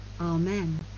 Amen